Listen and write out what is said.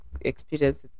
experience